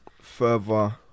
further